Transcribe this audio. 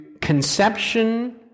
conception